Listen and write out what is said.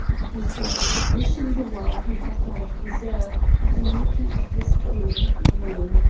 he said, wishing the while he had had a friseur at the making of his toilet that morning,